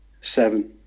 Seven